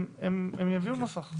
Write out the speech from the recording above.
הם יביאו נוסח.